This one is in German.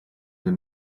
den